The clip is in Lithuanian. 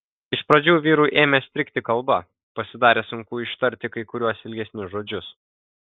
iš pradžių vyrui ėmė strigti kalba pasidarė sunku ištarti kai kuriuos ilgesnius žodžius